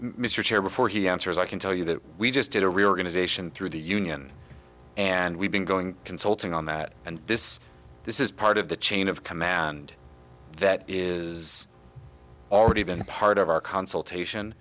chair before he answers i can tell you that we just did a reorganization through the union and we've been going consulting on that and this this is part of the chain of command that is already been part of our consultation